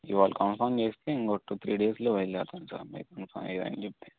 ఇవాళ కన్ఫార్మ్ చేస్తే ఇంకో టూ త్రీ డేస్లో బయలుదేరుతాం సార్ అని చెప్పి